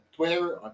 Twitter